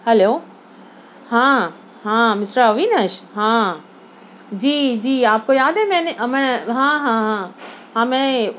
hello ہاں ہاں mister Avinash ہاں جی جی آپ کو یاد ہے میں نے میں ہاں ہاں ہاں ہاں میں